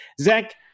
Zach